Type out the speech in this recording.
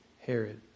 Herod